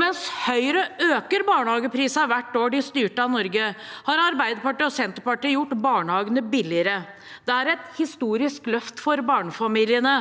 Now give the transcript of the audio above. Mens Høyre økte barnehageprisen hvert år de styrte Norge, har Arbeiderpartiet og Senterpartiet gjort barnehagen billigere. Det er et historisk løft for barnefamiliene.